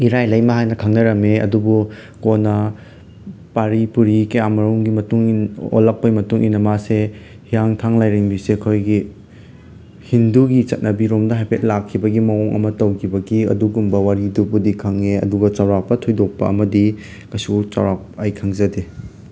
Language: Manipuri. ꯏꯔꯥꯏ ꯂꯩꯃ ꯍꯥꯏꯅ ꯈꯪꯅꯔꯝꯃꯤ ꯑꯗꯨꯕꯨ ꯀꯣꯟꯅ ꯄꯥꯔꯤ ꯄꯨꯔꯤ ꯀꯌꯥꯃꯔꯨꯝꯒꯤ ꯃꯇꯨꯡꯏꯟ ꯑꯣꯜꯂꯛꯄꯒꯤ ꯃꯇꯨꯡ ꯏꯟꯅ ꯃꯥꯁꯦ ꯍꯤꯌꯥꯡꯊꯥꯡ ꯂꯥꯏꯔꯦꯝꯕꯤꯁꯦ ꯑꯩꯈꯣꯏꯒꯤ ꯍꯤꯟꯗꯨꯒꯤ ꯆꯠꯅꯕꯤꯔꯣꯝꯗ ꯍꯥꯏꯐꯦꯠ ꯂꯥꯛꯈꯤꯕꯒꯤ ꯃꯑꯣꯡ ꯑꯃ ꯇꯧꯈꯤꯕꯒꯤ ꯑꯗꯨꯒꯨꯝꯕ ꯋꯥꯔꯤꯗꯨꯕꯨꯗꯤ ꯈꯪꯏ ꯑꯗꯨꯒ ꯆꯥꯎꯔꯥꯛꯄ ꯊꯣꯏꯗꯣꯛꯄ ꯑꯃꯗꯤ ꯀꯩꯁꯨ ꯆꯥꯎꯔꯥꯛ ꯑꯩ ꯈꯪꯖꯗꯦ